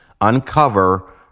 uncover